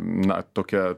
na tokia